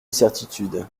certitudes